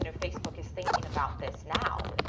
you know facebook is thinking about this now.